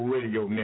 Radio